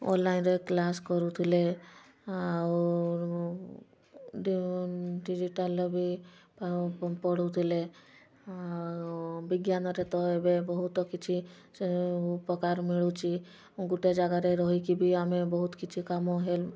ଅଲଲାଇନ୍ରେ class କରୁଥୁଲେ ଆଉ digital ବି ପଢ଼ୁଥିଲେ ଆଉ ବିଜ୍ଞାନରେ ତ ଏବେ ବହୁତ କିଛି ଉପକାର ମିଳୁଛି ଗୁଟେ ଜାଗାରେ ରହିକି ବି ଆମେ ବହୁତ କିଛି କାମ ହେଲ୍ପ